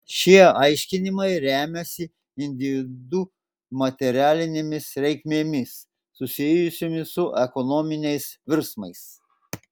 šie aiškinimai remiasi individų materialinėmis reikmėmis susijusiomis su ekonominiais virsmais